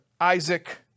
Isaac